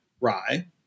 rye